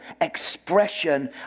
expression